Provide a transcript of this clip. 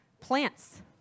plants